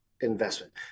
investment